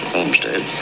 Homestead